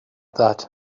that